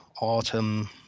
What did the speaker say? autumn